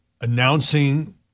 announcing